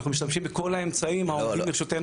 אנחנו משתמשים בכל האמצעים העומדים לרשותנו.